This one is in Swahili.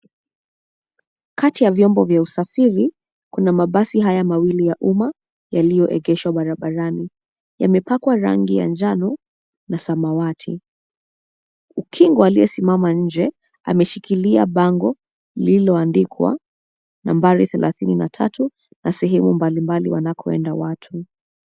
Kati ya vyombo vya usafiri, kuna mabasi haya mawili ya umma yaliyoegeshwa barabarani. Yamepakwa rangi ya njano na samawati. Ukingo aliyesimama nje ameshikilia bango lililoandikwa nambari thelathini na tatu na sehemu mbalimbali wanakoenda watu.